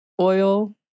oil